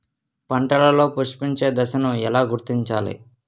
పంటలలో పుష్పించే దశను ఎలా గుర్తించాలి?